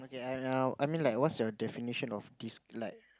yea now I mean like what's your definition of this like